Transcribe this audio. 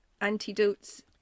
antidotes